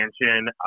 expansion